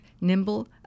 nimble